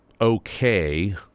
okay